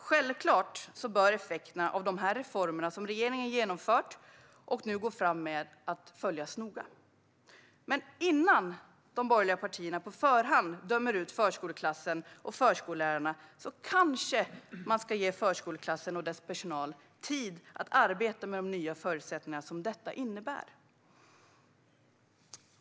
Självfallet bör dock effekterna av de reformer som regeringen genomfört och nu går fram med följas noga. Men innan de borgerliga partierna på förhand dömer ut förskoleklassen och förskollärarna kanske man ska ge förskoleklassen och dess personal tid att arbeta med de nya förutsättningar som detta innebär.